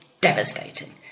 devastating